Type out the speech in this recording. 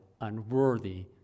unworthy